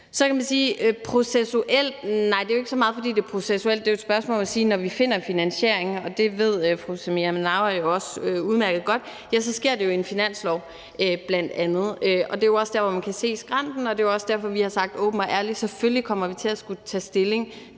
det er, fordi det er processuelt forkert. Nej, det er jo ikke så meget, fordi det er processuelt forkert. Det er jo et spørgsmål om at sige, at når vi finder finansieringen – og det ved fru Samira Nawa jo også udmærket godt – så sker det bl.a. i en finanslov. Det er også der, hvor man kan se skrænten, og det er jo også derfor, vi åbent og ærligt har sagt, at vi selvfølgelig kommer til at skulle tage stilling